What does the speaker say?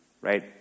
Right